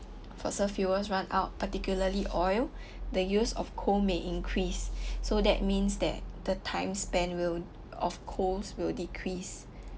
fossil fuels run out particularly oil the use of coal may increase so that means that the time span will of coals will decrease